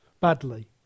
badly